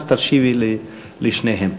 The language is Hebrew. אז תשיבי לשניהם.